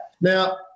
Now